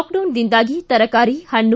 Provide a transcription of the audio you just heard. ಲಾಕ್ಡೌನ್ನಿಂದಾಗಿ ತರಕಾರಿ ಹಣ್ಣು